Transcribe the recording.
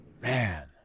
Man